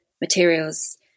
materials